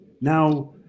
Now